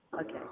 Okay